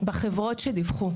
בחברות שדיווחו,